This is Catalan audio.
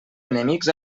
enemics